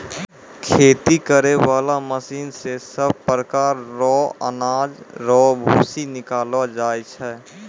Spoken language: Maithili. खेती करै बाला मशीन से सभ प्रकार रो अनाज रो भूसी निकालो जाय छै